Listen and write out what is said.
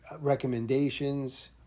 recommendations